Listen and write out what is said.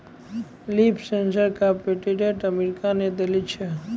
Leaf sensor क patent America ने देलें छै?